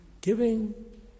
giving